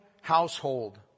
household